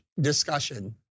discussion